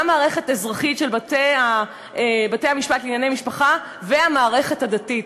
גם מערכת אזרחית של בתי-המשפט לענייני משפחה וגם המערכת הדתית.